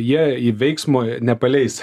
jei veiksmo nepaleis